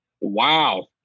Wow